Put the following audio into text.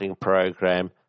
Program